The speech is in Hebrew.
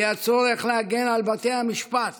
כי הצורך להגן על בתי המשפט